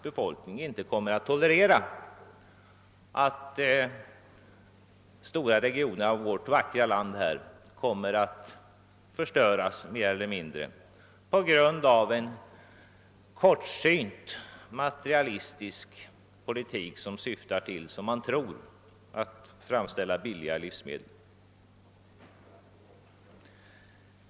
Befolkningen kommer inte att tolerera att stora regioner av vårt vackra land mer eller mindre förstörs på grund av en kortsynt materialistisk politik, vilken syftar till att framställa förment billiga livsmedel.